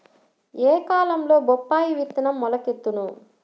ఏ కాలంలో బొప్పాయి విత్తనం మొలకెత్తును?